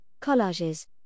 collages